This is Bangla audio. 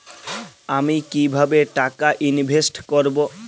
আমি কিভাবে টাকা ইনভেস্ট করব?